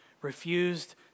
refused